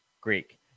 Greek